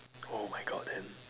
oh my god then